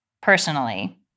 personally